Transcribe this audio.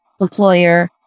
employer